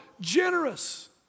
generous